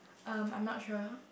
um I'm not sure